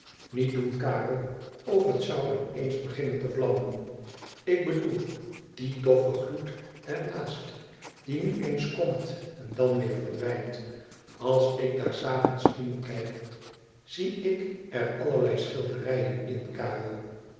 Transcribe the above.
iniet doen karel of het zou in eens beginnen te vlammen ik bedoel dien doffen gloed er naast die nu eens komt en dan weer verdwijnt als ik daar s avonds in kijk zie ik er allerlei schilderijen in karel